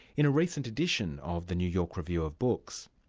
in a recent edition of the new york review of books.